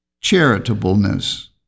charitableness